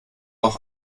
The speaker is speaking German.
auch